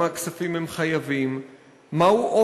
כמה כספים הם חייבים,